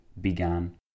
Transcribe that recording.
began